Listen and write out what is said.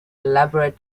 elaborate